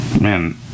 man